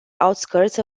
outskirts